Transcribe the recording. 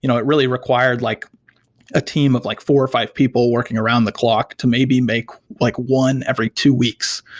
you know it really required like a team of like four or five people working around the clock to maybe make like one every two weeks,